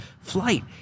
flight